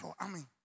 Amen